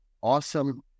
awesome